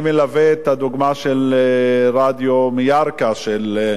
אני מלווה את הדוגמה של רדיו מירכא, של,